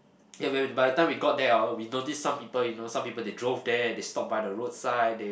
ya when we by the time we got there orh we notice some people you know some people they drove there they stop by the road side they